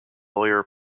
lawyer